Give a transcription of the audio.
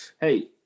hey